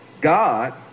God